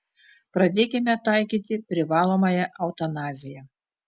pradėkime taikyti privalomąją eutanaziją